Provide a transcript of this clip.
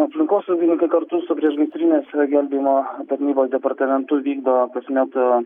aplinkosaugininkai kartu su priešgaisrinės gelbėjimo tarnybos departamentu vykdo kasmet